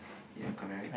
ya correct